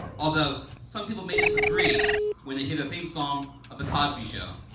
although, some people may disagree when they hear the theme song of the cosby show.